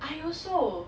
I also